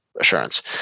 assurance